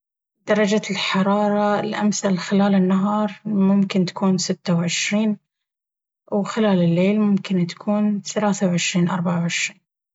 درجة الحرارة المثل خلال النهار ممكن تكون ستة وعشرين وخلال الليل ممكن تكون ثلاثة وعشرين اربعة وعشرين